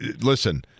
listen